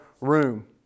room